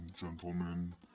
gentlemen